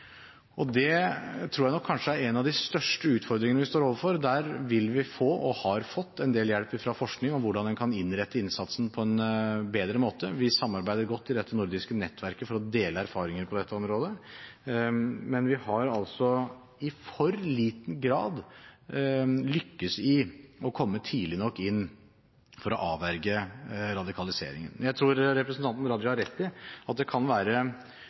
Det tror jeg nok kanskje er en av de største utfordringene vi står overfor. Der vil vi få – og har fått – en del hjelp fra forskning med hensyn til hvordan en kan innrette innsatsen på en bedre måte. Vi samarbeider godt i det nordiske nettverket for å dele erfaringer på dette området, men vi har altså i for liten grad lyktes i å komme tidlig nok inn for å avverge radikalisering. Jeg tror representanten Raja har rett i at det ofte kan være